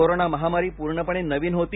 corona महामारी पूर्णपणे नवीन होती